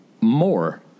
more